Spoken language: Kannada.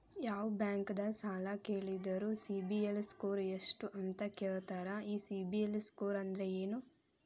ಯಾವ ಬ್ಯಾಂಕ್ ದಾಗ ಸಾಲ ಕೇಳಿದರು ಸಿಬಿಲ್ ಸ್ಕೋರ್ ಎಷ್ಟು ಅಂತ ಕೇಳತಾರ, ಈ ಸಿಬಿಲ್ ಸ್ಕೋರ್ ಅಂದ್ರೆ ಏನ್ರಿ?